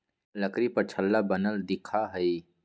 लकड़ी पर छल्ला बनल दिखा हई